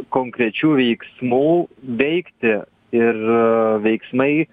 konkrečių veiksmų veikti ir veiksmai